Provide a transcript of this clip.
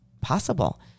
possible